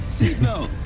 Seatbelt